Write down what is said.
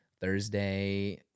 Thursday